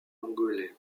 angolais